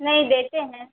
नहीं देते हैं